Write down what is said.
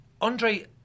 Andre